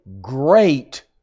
great